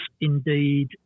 indeed